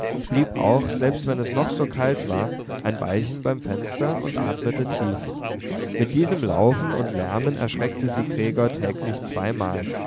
blieb auch selbst wenn es noch so kalt war ein weilchen beim fenster und atmete tief mit diesem laufen und lärmen erschreckte sie gregor täglich zweimal